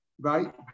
right